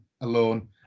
alone